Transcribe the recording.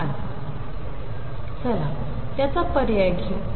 चला त्याचा पर्याय घेऊ